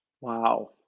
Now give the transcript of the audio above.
Wow